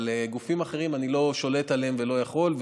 אבל גופים אחרים, אני לא שולט עליהם ולא יכול.